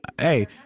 hey